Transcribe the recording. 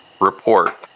report